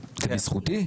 זה בזכותי?